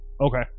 Okay